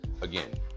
again